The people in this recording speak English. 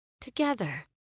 together